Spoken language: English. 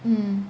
mm